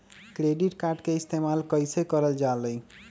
Credit card के इस्तेमाल कईसे करल जा लई?